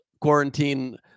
quarantine